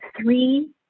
three